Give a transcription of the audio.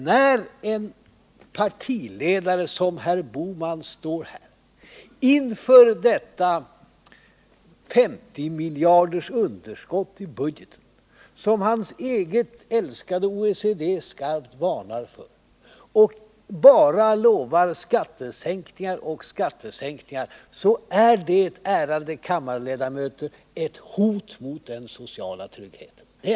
När en partiledare som herr Bohman står inför detta 50-miljardersunderskott i budgeten, som hans egen älskade OECD-rapport skarpt varnar för, och bara lovar skattesänkningar och åter skattesänkningar är det, ärade kammarledamöter, ett hot mot den sociala tryggheten.